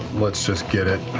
let's just get it.